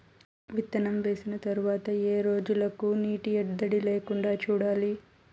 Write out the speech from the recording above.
విత్తనం వేసిన తర్వాత ఏ రోజులకు నీటి ఎద్దడి లేకుండా చూడాలి?